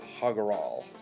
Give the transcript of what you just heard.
HaGaral